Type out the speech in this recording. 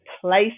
place